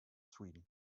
sweden